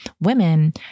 women